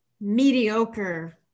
mediocre